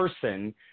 person